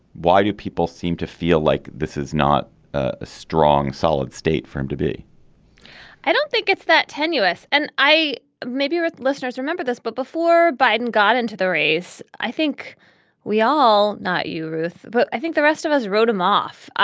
why do people seem to feel like this is not a strong solid state for him to be i don't think it's that tenuous and i maybe your listeners remember this but before biden got into the race i think we all not you ruth. but i think the rest of us wrote him off.